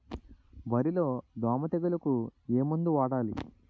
వరిలో దోమ తెగులుకు ఏమందు వాడాలి?